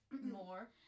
more